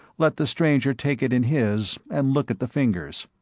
let the stranger take it in his and look at the fingers.